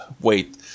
Wait